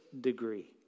degree